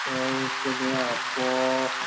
तो उसके लिए आपको